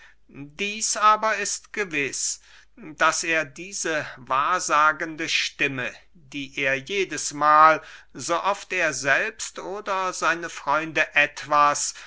dieß aber ist gewiß daß er diese wahrsagende stimme die er jedesmahl so oft er selbst oder seine freunde etwas